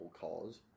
cause